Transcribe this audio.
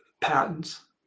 patents